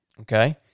Okay